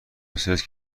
بسیاری